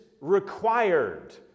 required